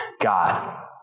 God